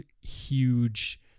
huge